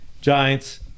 Giants